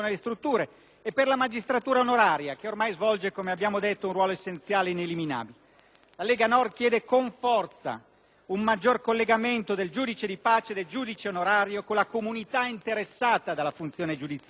La Lega Nord chiede con forza un maggior collegamento del giudice di pace e del giudice onorario con la comunità interessata dalla funzione giudiziaria. Per esempio, in Germania i magistrati onorari sono scelti da una Commissione speciale